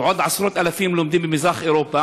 ועוד עשרות אלפים לומדים במזרח-אירופה,